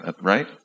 Right